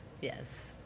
Yes